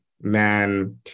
man